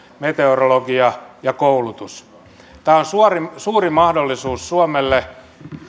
meteorologia ja koulutus tämä on suuri mahdollisuus suomelle